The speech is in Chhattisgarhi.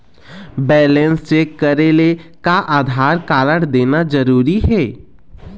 बैलेंस चेक करेले का आधार कारड देना जरूरी हे?